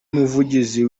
muvugizi